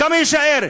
כמה יישארו?